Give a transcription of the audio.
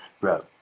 bro